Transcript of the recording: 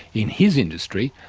in his industry,